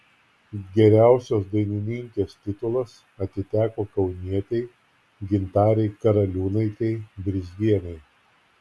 geriausios dainininkės titulas atiteko kaunietei gintarei karaliūnaitei brizgienei